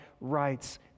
writes